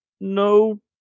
no